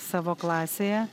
savo klasėje